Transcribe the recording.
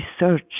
research